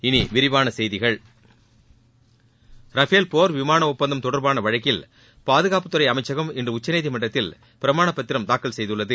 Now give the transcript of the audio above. இனி விரிவான செய்திகள் ரஃபேல் போர் விமானம் ஒப்பந்தம் தொடர்பான வழக்கில் பாதுகாட்புத்துறை அமைச்சகம் இன்று உச்சநீதிமன்றத்தில் பிரமாண பத்திரம் தாக்கல் செய்துள்ளது